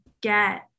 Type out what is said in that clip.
get